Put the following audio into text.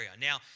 Now